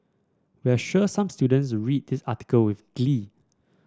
we're sure some students read this article with glee